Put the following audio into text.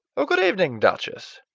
good evening, duchess.